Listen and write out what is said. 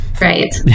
Right